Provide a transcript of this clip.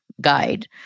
guide